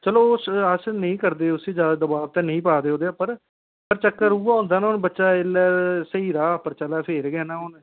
चलो अस उसी नेई करदे उसी ज्यादा दबाब ते नेईं पा दे ओह्दे उप्पर पर चक्कर उयै होंदा ना हून बच्चै जेल्लै स्हेई राह् उप्पर चलै फेर गै ना हून